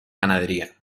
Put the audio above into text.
ganadería